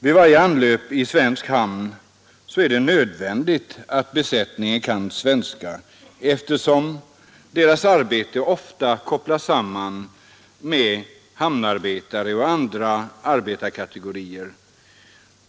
Vid varje anlöp i svensk hamn är det nödvändigt att besättningen kan svenska, eftersom den i sitt arbete ofta kopplas samman med hamnarbetare och andra arbetarkategorier.